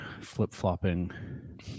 flip-flopping